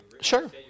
Sure